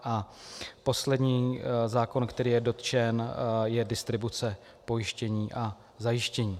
A poslední zákon, který je dotčen, je distribuce pojištění a zajištění.